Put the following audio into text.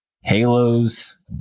Halo's